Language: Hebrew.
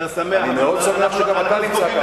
אתה שמח, אני מאוד שמח שגם אתה נמצא כאן.